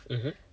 mmhmm